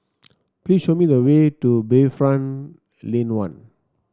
please show me the way to Bayfront Lane One